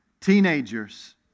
teenagers